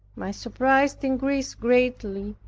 my surprise increased greatly,